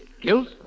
Guilt